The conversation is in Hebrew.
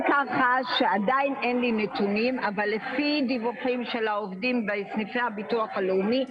עדיין אין לי נתונים אבל לפי דיווחים של עובדים בסניפי הביטוח הלאומי,